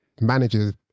managers